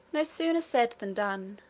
no sooner said than done.